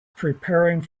preparing